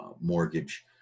mortgage